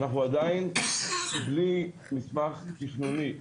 אנחנו עדיין בלי מסמך תכנוני רלוונטי,